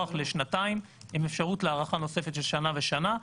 שיוארך לשנתיים עם אפשרות להארכה נוספת של שנה ושנה,